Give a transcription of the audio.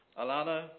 Alana